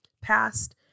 past